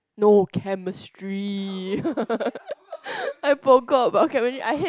no chemistry I forgot about chemistry I hate